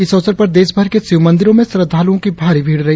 इस अवसर पर देश भर के शिव मंदिरों में श्रद्धालुओं की भारी भीड़ रही